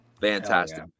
Fantastic